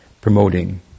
promoting